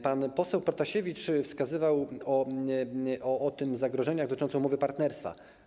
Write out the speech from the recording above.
Pan poseł Protasiewicz wskazywał na zagrożenia dotyczące umowy partnerstwa.